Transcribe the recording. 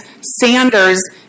Sanders